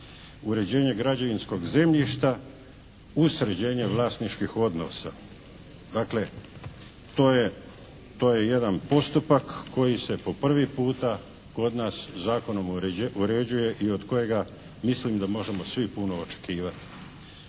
uređenje građevinskog zemljišta uz sređenje vlasničkih odnosa. Dakle to je jedan postupak koji se po prvi puta kod nas zakon uređuje i od kojega mislim da možemo svi puno očekivati.